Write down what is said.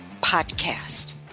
podcast